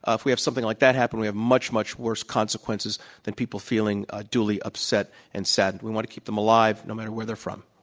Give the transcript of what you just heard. ah if we have something like that happen, we have much, much worse consequences than people feeling ah duly upset and saddened. we want to keep them alive no matter where they're from.